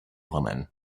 woman